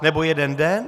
Nebo jeden den?